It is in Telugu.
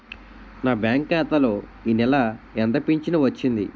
నా బ్యాంక్ ఖాతా లో ఈ నెల ఎంత ఫించను వచ్చింది?